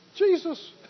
Jesus